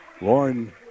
Lauren